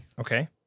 Okay